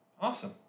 Awesome